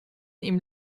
ihm